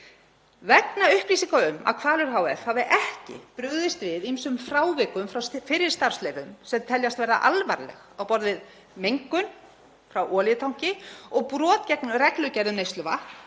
Vegna upplýsinga um að Hvalur hf. hafi ekki brugðist við ýmsum frávikum frá fyrri starfsleyfum sem teljast vera alvarleg á borð við mengun frá olíutanki og brot gegn reglugerð um neysluvatn,